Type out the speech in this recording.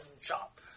chop